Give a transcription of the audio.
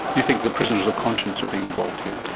you think the prisoners of conscience are being involved here.